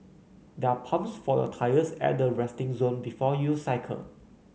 there are pumps for your tyres at the resting zone before you cycle